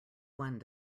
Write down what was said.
one